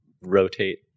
rotate